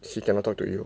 she cannot talk to you